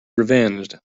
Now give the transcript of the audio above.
revenged